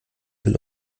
will